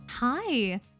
Hi